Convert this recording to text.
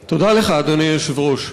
איילת נחמיאס ורבין,